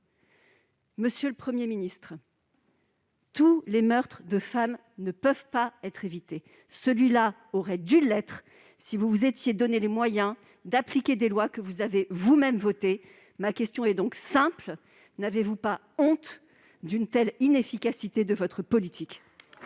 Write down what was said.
Monsieur le Premier ministre, tous les meurtres de femme ne peuvent pas être évités ; celui-là aurait dû l'être, si vous vous étiez donné les moyens d'appliquer des lois que vous avez vous-même votées. Ma question est donc simple : n'avez-vous pas honte d'une telle inefficacité de votre politique ?